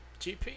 GP